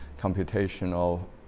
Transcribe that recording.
computational